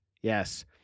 Yes